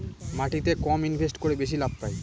মাটিতে কম ইনভেস্ট করে বেশি লাভ পাই